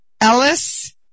Ellis